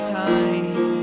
time